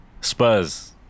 Spurs